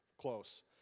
close